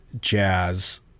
jazz